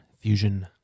Fusion